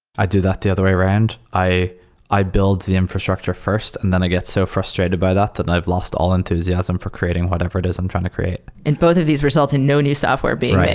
i do that the other way around. i i build the infrastructure first and then i get so frustrated by that that i've lost all enthusiasm for creating whatever it is i'm trying to create. and both of these results in no new software being